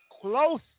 close